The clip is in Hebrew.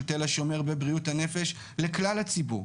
תל השומר בבריאות הנפש לכלל הציבור.